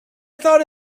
thought